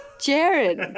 Jared